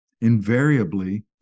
invariably